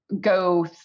go